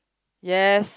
yes